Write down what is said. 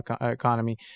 economy